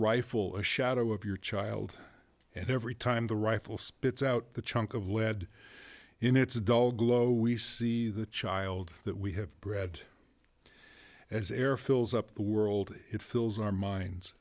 rifle a shadow of your child and every time the rifle spits out the chunk of lead in its dull glow we see the child that we have bred as air fills up the world it fills our minds